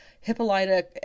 hippolyta